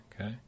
okay